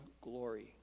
glory